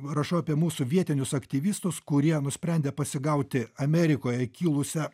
rašau apie mūsų vietinius aktyvistus kurie nusprendė pasigauti amerikoje kilusią